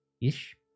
ish